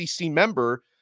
member